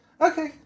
Okay